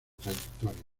trayectoria